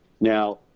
Now